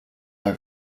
are